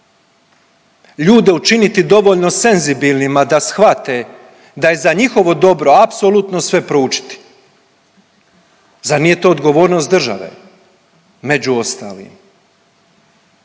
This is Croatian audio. ljude učiniti dovoljno senzibilnima da shvate da je za njihovo dobro apsolutno sve proučiti, zar nije to odgovornost države među ostalim?